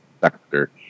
sector